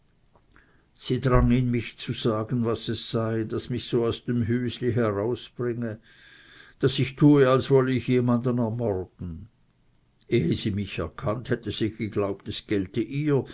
sie drang in mich zu sagen was es sei das mich so aus dem hüsli herausbringe daß ich tue als wolle ich jemand ermorden ehe sie mich erkannt hätte sie geglaubt es gelte ihr